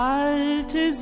alte